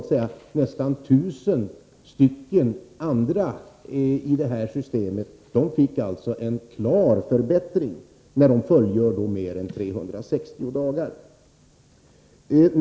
De övriga — nästan 1 000— får genom det nya systemet klara förbättringar när de fullgör mer än 360 dagar.